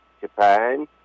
Japan